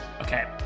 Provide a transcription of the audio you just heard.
Okay